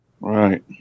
Right